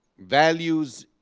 values,